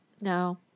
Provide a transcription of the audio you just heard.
No